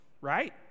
right